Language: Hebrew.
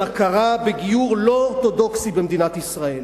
הכרה בגיור לא אורתודוקסי במדינת ישראל,